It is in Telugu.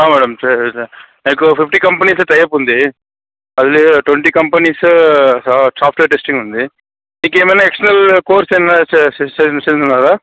మ్యాడం చేసేసా నాకు ఫిఫ్టీ కంపెనీస్తో టైఅప్ ఉంది మళ్ళీ ట్వంటీ కంపెనీస్ సాఫ్ట్వేర్ టెస్టింగ్ ఉంది ఇంకా ఏమైనా ఎక్స్టర్నల్ కోర్స్ ఏమన్నా చేసున్నురా